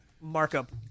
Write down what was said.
markup